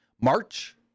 March